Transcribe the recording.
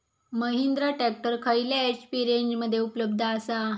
Mahindra tractor खयल्या HP रेंजमध्ये उपलब्ध आसा?